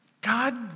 God